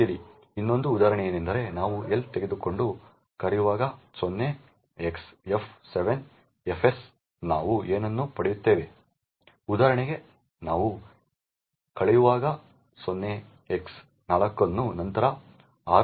ಇನ್ನೊಂದು ಉದಾಹರಣೆಯೆಂದರೆ ನಾವು L ತೆಗೆದುಕೊಂಡು ಕಳೆಯುವಾಗ 0xf 7 fs ನಾವು ಏನನ್ನು ಪಡೆಯುತ್ತೇವೆ ಉದಾಹರಣೆಗೆ ನಾವು ಕಳೆಯುವಾಗ 0x4 ಅನ್ನು ನಂತರ 6 0 ಸೆ ಮತ್ತು ನಂತರ a 1 ಅನ್ನು ಪಡೆಯುತ್ತೇವೆ